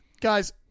guys